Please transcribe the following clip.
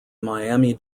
miami